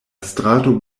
strato